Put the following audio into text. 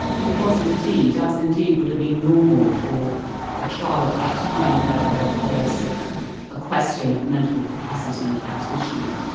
it was indeed. as indeed would have been normal for a trial at that time where there was a question of mental capacity at issue.